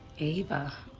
eva?